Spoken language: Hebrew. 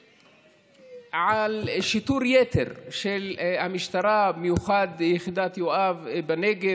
ועל שיטור יתר של המשטרה, במיוחד יחידת יואב בנגב,